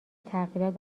تغییرات